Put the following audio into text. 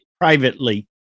privately